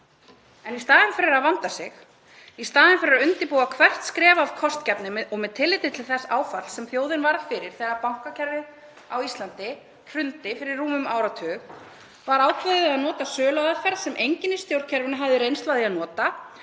En í staðinn fyrir að vanda sig, í staðinn fyrir að undirbúa hvert skref af kostgæfni og með tilliti til þess áfalls sem þjóðin varð fyrir þegar bankakerfið á Íslandi hrundi fyrir rúmum áratug var ákveðið að nota söluaðferð sem enginn í stjórnkerfinu hafi reynslu af því að nota